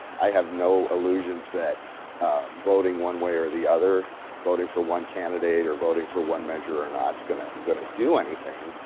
i have no illusions that voting one way or the other, voting for one candidate or voting for one measure or not's going to going to do anything.